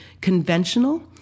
conventional